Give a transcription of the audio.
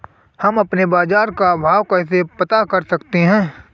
हम अपने बाजार का भाव कैसे पता कर सकते है?